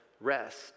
rest